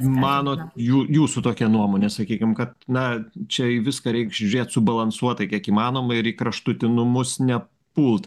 manot jū jūsų tokia nuomonė sakykim kad na čia į viską reik žiūrėt subalansuotai kiek įmanoma ir į kraštutinumus nepult